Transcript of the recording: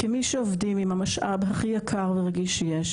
כמי שעובדים עם המשאב הכי יקר שיש,